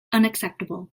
unacceptable